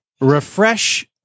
refresh